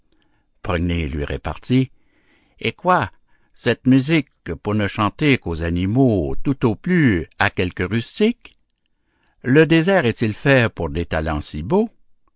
progné lui repartit eh quoi cette musique pour ne chanter qu'aux animaux tout au plus à quelque rustique le désert est-il fait pour des talents si beaux